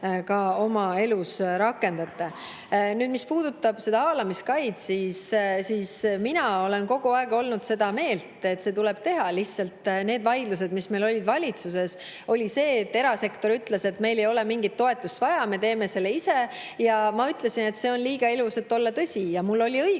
ka oma elus rakendate. Nüüd, mis puudutab haalamiskaid, siis mina olen kogu aeg olnud seda meelt, et see tuleb teha. Lihtsalt need vaidlused, mis meil olid valitsuses, olid selle üle, et erasektor ütles, et neil ei ole mingit toetust vaja, nad teevad selle ise, ja ma ütlesin, et see on liiga ilus, et olla tõsi. Ja mul oli õigus!